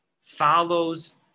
follows